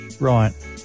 Right